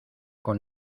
con